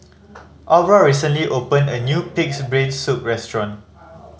Aubra recently opened a new Pig's Brain Soup restaurant